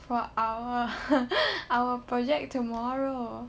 for our our project tomorrow